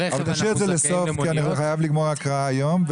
נשאיר את זה לסוף כי אני חייב לסיים את ההקראה היום.